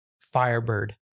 Firebird